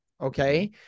okay